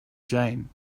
jane